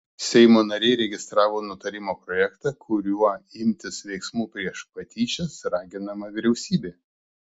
seimo nariai registravo nutarimo projektą kuriuo imtis veiksmų prieš patyčias raginama vyriausybė